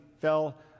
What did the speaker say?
fell